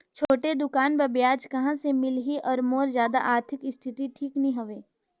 छोटे दुकान बर ब्याज कहा से मिल ही और मोर जादा आरथिक स्थिति ठीक नी हवे?